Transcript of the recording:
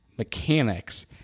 mechanics